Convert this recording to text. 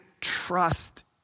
trust